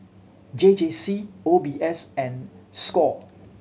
J J C O B S and score